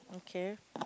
okay